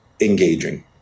engaging